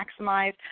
maximize